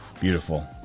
Beautiful